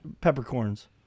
peppercorns